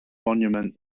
monument